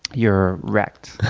you're wrecked.